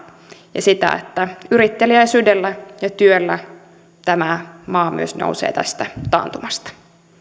ja sitä että yritteliäisyydellä ja työllä tämä maa myös nousee tästä taantumasta